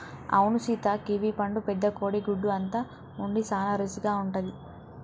అవును సీత కివీ పండు పెద్ద కోడి గుడ్డు అంత ఉండి సాన రుసిగా ఉంటది